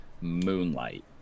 Moonlight